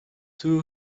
too